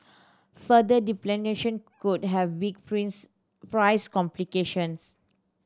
further depletion could have big price implications